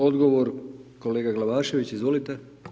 Odgovor kolega Glavašević, izvolite.